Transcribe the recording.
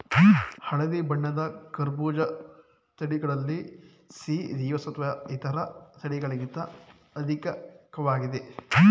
ಹಳದಿ ಬಣ್ಣದ ಕರ್ಬೂಜ ತಳಿಗಳಲ್ಲಿ ಸಿ ಜೀವಸತ್ವ ಇತರ ತಳಿಗಳಿಗಿಂತ ಅಧಿಕ್ವಾಗಿದೆ